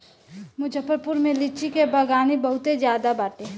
मुजफ्फरपुर में लीची के बगानी बहुते ज्यादे बाटे